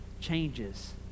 changes